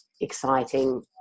exciting